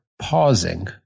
pausing